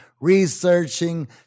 researching